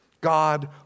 God